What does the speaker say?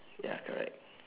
ya correct